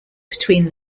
between